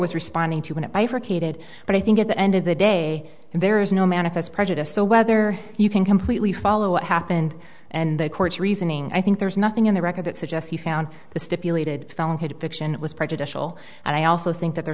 was responding to an eye for created but i think at the end of the day and there is no manifest prejudice so whether you can completely follow what happened and the courts reasoning i think there's nothing in the record that suggests you found the stipulated depiction was prejudicial and i also think that there